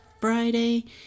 Friday